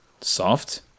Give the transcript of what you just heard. soft